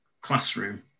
classroom